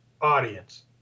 audience